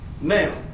now